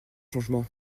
changement